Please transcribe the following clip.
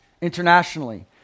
internationally